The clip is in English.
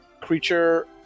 creature